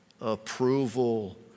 approval